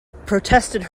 protested